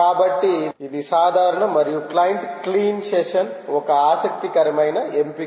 కాబట్టి ఇది సాధారణం మరియు క్లయింట్ క్లీన్ సెషన్ ఒక ఆసక్తికరమైన ఎంపిక